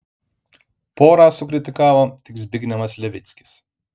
porą sukritikavo tik zbignevas levickis